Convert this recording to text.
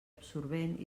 absorbent